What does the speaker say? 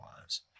lives